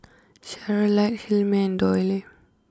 Charlottie Hilmer and Doyle